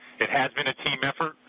it has been a team effort.